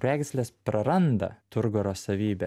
kraujagyslės praranda turgoro savybę